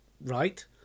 Right